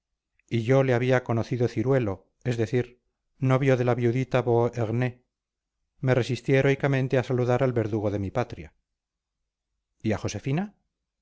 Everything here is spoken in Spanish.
y yo le había conocido ciruelo es decir novio de la viudita beauharnais me resistí heroicamente a saludar al verdugo de mi patria y a josefina